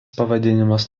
pavadinimas